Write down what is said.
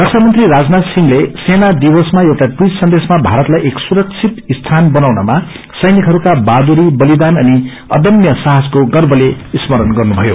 रखामंत्री राजनाथ सिंह्ते सेना दिवसमा एउटा अवीट सन्देशमा भारतलाई एक सुरक्षित सीन बनाउनमा सैनिकहरूका बहादुरी बलिदान अनि अदम्य साहसको गर्वले स्मरण गर्नुभयो